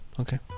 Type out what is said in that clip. Okay